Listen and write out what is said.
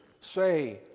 say